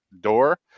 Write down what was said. door